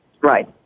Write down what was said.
Right